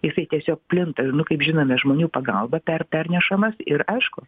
jisai tiesiog plinta nu kaip žinome žmonių pagalba per pernešamas ir aišku